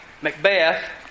Macbeth